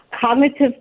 cognitive